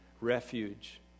refuge